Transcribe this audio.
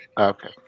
Okay